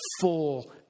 full